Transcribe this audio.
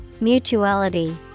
Mutuality